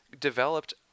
developed